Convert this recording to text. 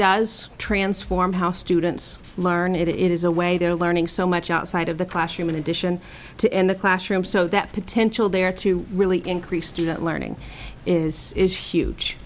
does transform how students learn it is a way they're learning so much outside of the classroom in addition to in the classroom so that potential there to really increase student learning is is huge